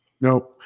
no